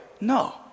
No